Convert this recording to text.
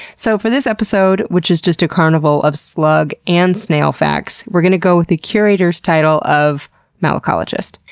so for this episode, which is just a carnival of slug and snail facts, we're going to go with the curator's title of malacologist.